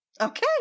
Okay